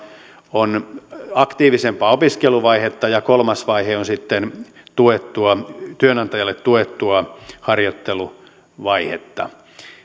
on aktiivisempaa opiskeluvaihetta ja kolmas vaihe on sitten työnantajalle tuettua harjoitteluvaihetta